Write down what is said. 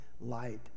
light